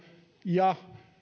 ja